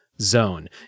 zone